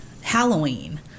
Halloween